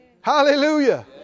Hallelujah